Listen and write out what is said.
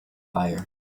fire